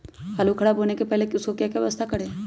आलू खराब होने से पहले हम उसको क्या व्यवस्था करें?